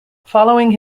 following